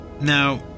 Now